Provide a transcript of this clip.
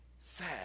Sad